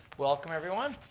welcome, everyone.